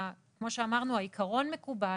כמו שאמרנו, העיקרון מקובל,